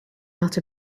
out